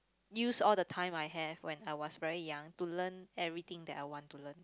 use all the time I have when I was very young to learn everything that I want to learn